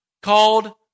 called